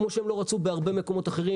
כמו שהם לא רצו בהרבה מקומות אחרים.